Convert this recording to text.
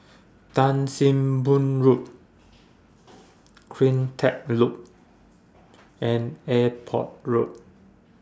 Tan SIM Boh Road CleanTech Loop and Airport Road